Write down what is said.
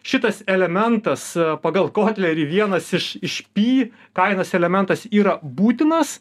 šitas elementas pagal kotlerį vienas iš iš py kainos elementas yra būtinas